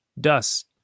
dust